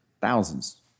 thousands